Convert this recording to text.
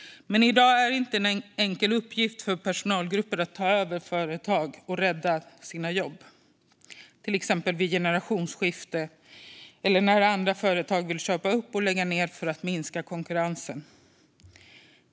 Men i dag är det inte en enkel uppgift för personalgrupper att ta över ett företag och rädda sina jobb till exempel vid generationsskifte eller när andra företag vill köpa upp och lägga ned för att minska konkurrensen.